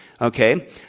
okay